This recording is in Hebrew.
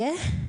יהיה?